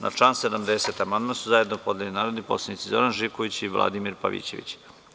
Na član 70. amandman su zajedno podneli narodni poslanici Zoran Živković i Vladimir Pavićević.